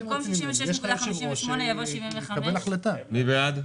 במקום 66.58 יבוא 75. מי בעד?